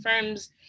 firms